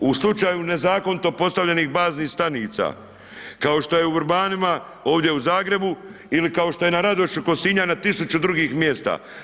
U slučaju nezakonito postavljenih baznih stanica, kao što je u Vrbanima, ovdje u Zagrebu ili kao što se na Radošu kod Sinja na 1000 drugih mjesta.